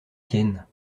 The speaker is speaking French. tienne